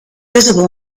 visible